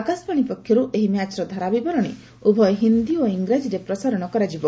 ଆକାଶବାଣୀ ପକ୍ଷରୁ ଏହି ମ୍ୟାଚ୍ର ଧାରାବିରଣୀ ଉଭୟ ହିନ୍ଦୀ ଓ ଙ୍ଗରାଜୀରେ ପ୍ରସାରଣ କରାଯିବ